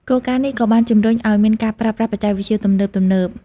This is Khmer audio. គោលការណ៍នេះក៏បានជំរុញឲ្យមានការប្រើប្រាស់បច្ចេកវិទ្យាទំនើបៗ។